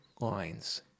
lines